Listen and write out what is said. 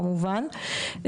כמובן.